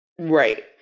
Right